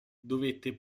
dovette